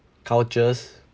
cultures